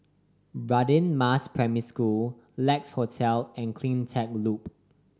Radin Mas Primary School Lex Hotel and Cleantech Loop